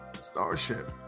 Starship